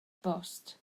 bost